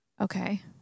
okay